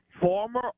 former